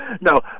no